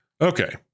okay